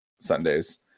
Sundays